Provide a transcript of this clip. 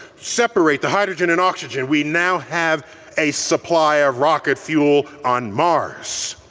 separate the hydrogen and oxygen. we now have a supply of rocket fuel on mars!